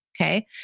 okay